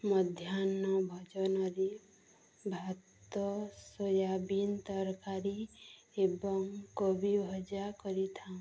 ମଧ୍ୟାହ୍ନ ଭୋଜନରେ ଭାତ ସୋୟାବିନ୍ ତରକାରୀ ଏବଂ କୋବି ଭଜା କରିଥାଉ